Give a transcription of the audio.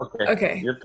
okay